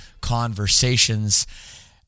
conversations